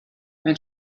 mein